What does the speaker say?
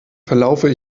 verlaufe